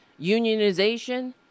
unionization